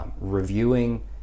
reviewing